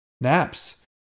naps